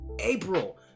April